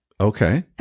Okay